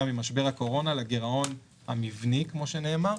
ממשבר הקורונה לגירעון המבני כמו שנאמר.